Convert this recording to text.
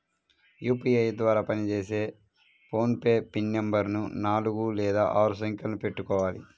UPI ద్వారా పనిచేసే phone pay pin నెంబరుని నాలుగు లేదా ఆరు సంఖ్యలను పెట్టుకోవాలి